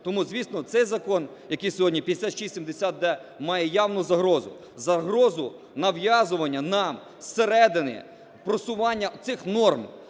Тому звісно цей закон, який сьогодні 5670, де має явну загрозу, загрозу нав'язування нам з середини просування оцих норм,